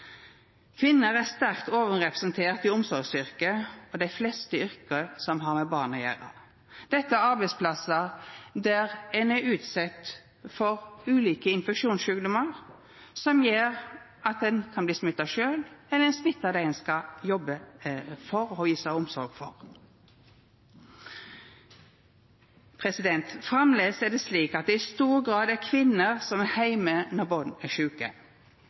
Kvinner er sterkt overrepresenterte i omsorgsyrke og dei fleste yrke som har med barn å gjera. Dette er arbeidsplassar der ein er utsett for ulike infeksjonssjukdommar, som gjer at ein kan bli smitta sjølv, eller at ein kan smitta dei ein skal jobba for og visa omsorg for. Framleis er det i stor grad kvinner som er heime når barn er sjuke.